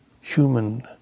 human